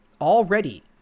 already